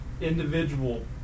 individual